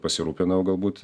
pasirūpinau galbūt